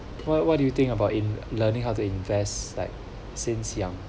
what what do you think about in learning how to invest like since young